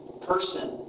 person